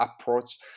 approach